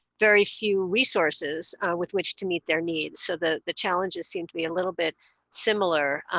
very few resources with which to meet their needs, so the the challenges seem to be a little bit similar.